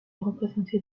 représentée